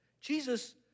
Jesus